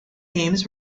games